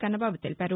కన్నబాబు తెలిపారు